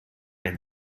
and